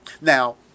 Now